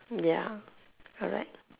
ya correct